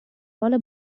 حال